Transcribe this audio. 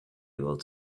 able